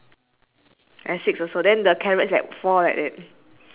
okay mine have okay then the next one is your bowl is filled mine is empty